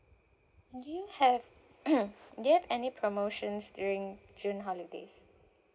do you have do you have any promotions during june holidays